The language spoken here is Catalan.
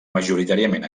majoritàriament